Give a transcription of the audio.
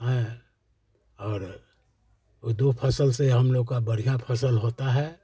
हैं और वो दो फसल से हम लोग की बढ़िया फसल होती है